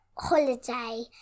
Holiday